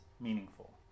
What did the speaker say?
meaningful